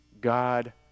God